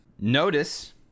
notice